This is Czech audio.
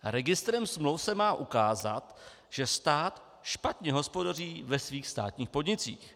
Registrem smluv se má ukázat, že stát špatně hospodaří ve svých státních podnicích.